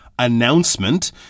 Announcement